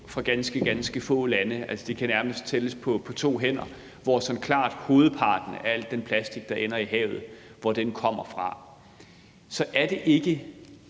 ganske få lande. Det kan nærmest tælles på to hænder, hvor klart hovedparten af al den plastik, der ender i havet, kommer fra. Så er det ikke